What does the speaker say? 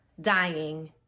dying